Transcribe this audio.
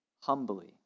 humbly